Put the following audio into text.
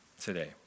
today